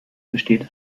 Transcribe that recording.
besteht